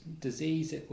disease